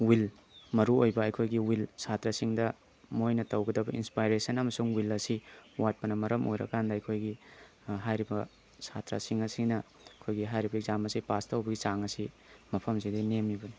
will ꯃꯔꯨ ꯑꯣꯏꯕ ꯑꯩꯈꯣꯏꯒꯤ ꯋꯤꯜ ꯁꯥꯇ꯭ꯔꯥꯁꯤꯡꯗ ꯃꯣꯏꯅ ꯇꯧꯒꯗꯕ ꯏꯟꯁꯄꯥꯏꯔꯦꯁꯟ ꯑꯃꯁꯨꯡ ꯋꯤꯜ ꯑꯁꯤ ꯋꯥꯠꯄꯅ ꯃꯔꯝ ꯑꯣꯏꯔ ꯀꯥꯟꯗ ꯑꯩꯈꯣꯏꯒꯤ ꯍꯥꯏꯔꯤꯕ ꯁꯥꯇ꯭ꯔꯥꯁꯤꯡ ꯑꯁꯤꯅ ꯑꯩꯈꯣꯏꯒꯤ ꯍꯥꯏꯔꯤꯕ ꯑꯦꯛꯖꯥꯝ ꯑꯁꯤ ꯄꯥꯁ ꯇꯧꯕꯒꯤ ꯆꯥꯡ ꯑꯁꯤ ꯃꯐꯝꯁꯤꯗ ꯅꯦꯝꯂꯤꯕꯅꯤ